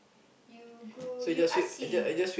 you go you ask Siri